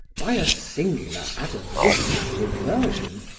by a singular, atavistic reversion,